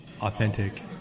authentic